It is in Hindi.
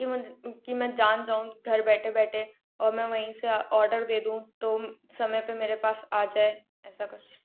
कि मुझ कि मैं जान जाऊँ कि घर बैठे बैठे और मैं वही से ऑर्डर दे दूँ तो समय पर मेरे पास आ जाए ऐसा कुछ